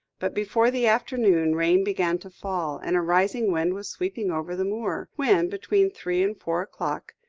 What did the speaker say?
but before the afternoon, rain began to fall, and a rising wind was sweeping over the moor, when, between three and four o'clock,